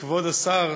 כבוד השר,